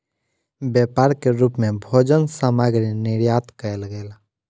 व्यापार के रूप मे भोजन सामग्री निर्यात कयल गेल